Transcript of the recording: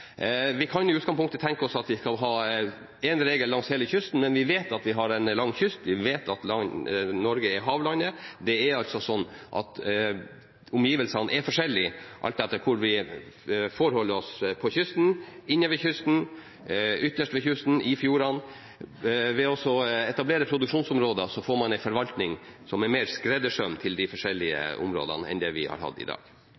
Vi kan i utgangspunktet tenke oss at vi skal ha én regel langs hele kysten, men vi vet at vi har en lang kyst, og vi vet at Norge er havlandet. Omgivelsene er forskjellige alt etter hvor vi befinner oss på kysten – inne ved kysten, ytterst ved kysten eller i fjordene. Ved å etablere produksjonsområder får man en forvaltning som er mer skreddersydd til de forskjellige områdene enn det vi har i dag.